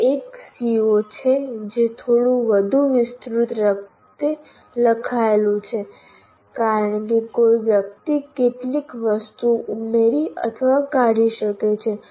તે એક CO છે જે થોડું વિસ્તૃત રીતે લખાયેલું છે કારણ કે કોઈ વ્યક્તિ કેટલીક વસ્તુઓ ઉમેરી અથવાકાઢી શકે છે